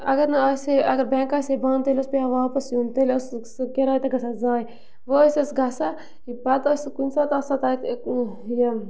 اگر نہٕ آسہِ ہے اگر بٮ۪نٛک آسہِ ہے بَنٛد تیٚلہِ اوس پٮ۪وان واپَس یُن تیلہِ ٲس سُہ سُہ کِراے تہِ گژھان ضایع وۄنۍ ٲسۍ أسۍ گژھان یہِ پَتہٕ ٲس نہٕ کُنہِ ساتہٕ آسان تَتہِ یِم